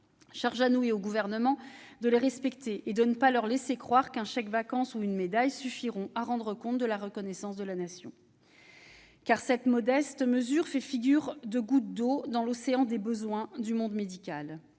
Charge à nous et au Gouvernement de les respecter et de ne pas leur laisser croire qu'un chèque-vacance ou une médaille suffiront à rendre compte de la reconnaissance de la Nation. En effet, cette modeste mesure fait figure de goutte d'eau dans l'océan des besoins du monde médical.